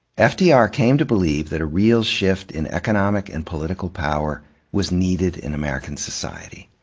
ah fdr came to believe that a real shift in economic and political power was needed in american society.